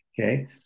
okay